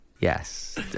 Yes